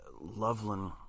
Loveland